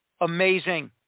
amazing